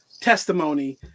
testimony